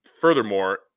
Furthermore